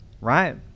right